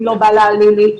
אם לא בא לו על לילי,